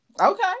Okay